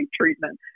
treatment